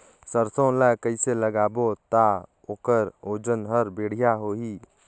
सरसो ला कइसे लगाबो ता ओकर ओजन हर बेडिया होही?